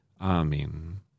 Amen